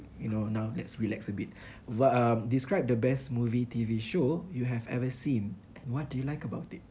you know now let's relax a bit what um describe the best movie T_V show you have ever seen what do you like about it